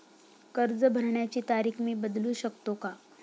कर्ज भरण्याची तारीख मी बदलू शकतो का?